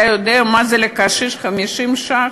אתה יודע מה זה לקשיש 20 ש"ח?